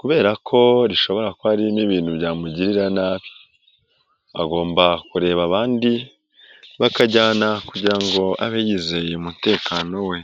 kubera ko rishobora ko hari n'ibintu byamugirira nabi, agomba kureba abandi bakajyana kugira ngo abe yizeye umutekano we.